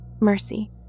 Mercy